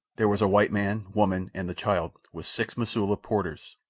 there was a white man, woman, and the child, with six mosula porters.